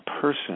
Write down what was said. person